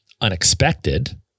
unexpected